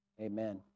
Amen